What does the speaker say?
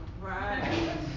Right